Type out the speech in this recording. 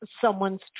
someone's